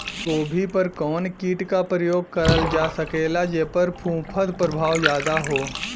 गोभी पर कवन कीट क प्रयोग करल जा सकेला जेपर फूंफद प्रभाव ज्यादा हो?